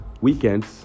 weekends